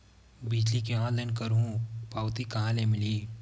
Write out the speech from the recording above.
बिजली के ऑनलाइन करहु पावती कहां ले मिलही?